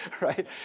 Right